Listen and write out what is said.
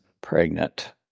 pregnant